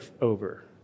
over